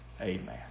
Amen